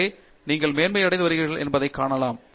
எனவே நீங்கள் மேன்மையடைந்து வருகிறீர்கள் என்பதைக் காணலாம்